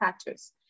status